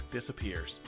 disappears